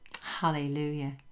hallelujah